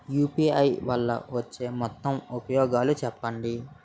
UPI వల్ల వచ్చే మొత్తం ఉపయోగాలు చెప్పండి?